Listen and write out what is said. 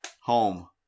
Home